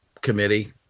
committee